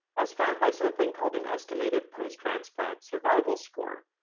as found by something called an estimated posttransplant survival score.